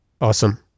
Awesome